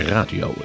Radio